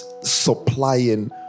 supplying